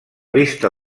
vista